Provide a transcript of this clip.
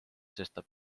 sestap